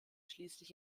schließlich